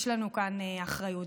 יש לנו כאן אחריות,